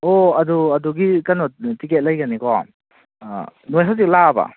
ꯑꯣ ꯑꯗꯣ ꯑꯗꯨꯒꯤ ꯀꯩꯅꯣ ꯇꯤꯛꯀꯦꯠ ꯂꯩꯒꯅꯤꯀꯣ ꯑꯥ ꯅꯣꯏ ꯍꯧꯖꯤꯛ ꯂꯥꯛꯑꯕ